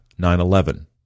911